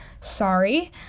Sorry